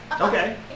Okay